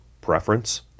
preference